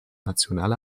nationale